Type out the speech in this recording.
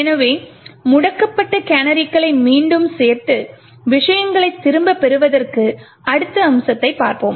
எனவே முடக்கப்பட்ட கேனரிகளை மீண்டும் சேர்த்து விஷயங்களை திரும்பப் பெறுவதற்கு அடுத்த அம்சத்தைப் பார்ப்போம்